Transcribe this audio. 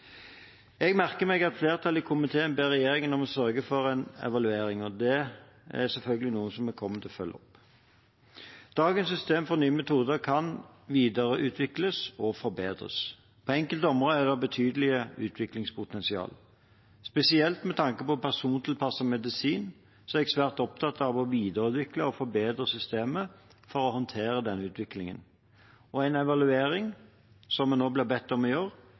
Jeg merker meg at flertallet i komiteen ber regjeringen om å sørge for en evaluering, og det er selvfølgelig noe vi kommer til å følge opp. Dagens system for nye metoder kan videreutvikles og forbedres. På enkelte områder er det et betydelig utviklingspotensial. Spesielt med tanke på persontilpasset medisin er jeg svært opptatt av å videreutvikle og forbedre systemet for å håndtere denne utviklingen. En evaluering, som vi nå blir bedt om